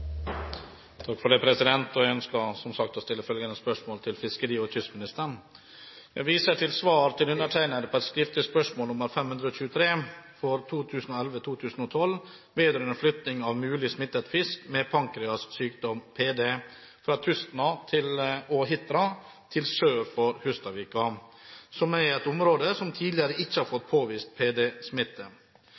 523 for 2011–2012 vedrørende flytting av mulig smittet fisk med pankreassykdom, PD, fra Tustna og Hitra til sør for Hustadvika, som er et område som tidligere ikke har fått påvist